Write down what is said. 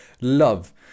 love